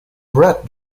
brett